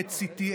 PET CT,